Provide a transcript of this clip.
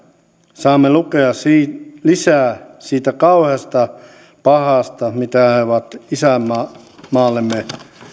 saamme lukea lisää sitä kauheasta pahasta mitä he ovat isänmaallemme